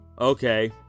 Okay